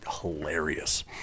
hilarious